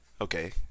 Okay